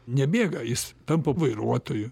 nebėga jis tampa vairuotoju